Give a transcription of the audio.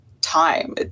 time